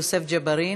חבר הכנסת יוסף ג'בארין,